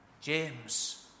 James